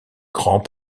grand